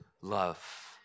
love